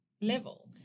level